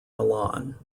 milan